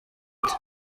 ati